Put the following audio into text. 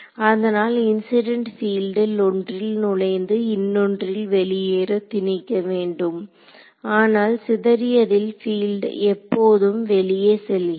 அதனால் இன்சிடென்ட் பீல்டில் ஒன்றில் நுழைந்து இன்னொன்றில் வெளியேற திணிக்க வேண்டும் ஆனால் சிதறியதில் பீல்டு எப்போதும் வெளியே செல்கிறது